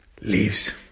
leaves